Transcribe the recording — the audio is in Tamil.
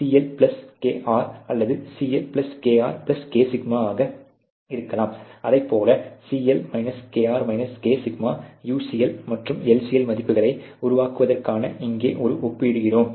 அது CL kR அல்லது Cl kR kσ ஆக இருக்கலாம் அதேபோல Cl kR kσ UCL மற்றும் LCL மதிப்புகளை உருவாக்குவதற்காக இங்கே ஒப்பிடுகிறோம்